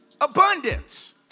abundance